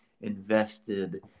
invested